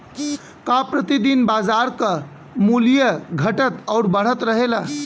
का प्रति दिन बाजार क मूल्य घटत और बढ़त रहेला?